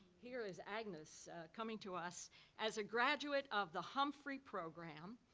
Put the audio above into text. here is agnes coming to us as a graduate of the humphrey program.